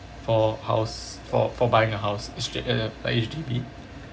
for house for for buying a house it's straight uh uh by H_D_B